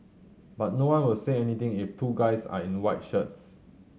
but no one will say anything if two guys are in white shirts